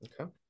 Okay